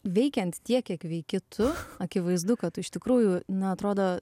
veikiant tiek kiek veiki tu akivaizdu kad tu iš tikrųjų na atrodo